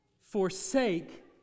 forsake